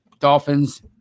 Dolphins